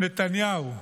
נתניהו.